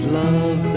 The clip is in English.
love